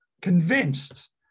convinced